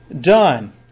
done